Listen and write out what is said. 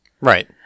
right